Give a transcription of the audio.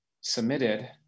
submitted